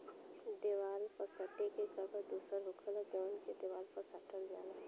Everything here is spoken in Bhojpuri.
देवाल पर सटे के कागज दोसर होखेला जवन के देवाल पर साटल जाला